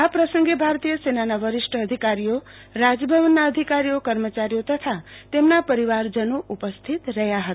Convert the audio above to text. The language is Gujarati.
આ પ્રસંગે ભારતીય સેનાને વરિષ્ઠ અધિકારીઓ રાજભવનના અધિકારીઓ કર્મચારીઓ તથા તેમના પરિવારજનો ઉપસ્થિત રહ્યા હતા